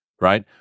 Right